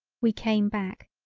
we came back.